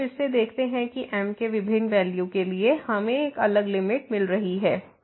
तो हम फिर से देखते हैं कि m के विभिन्न वैल्यू के लिए हमें एक अलग लिमिट मिल रही है